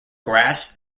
grass